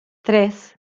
tres